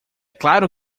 claro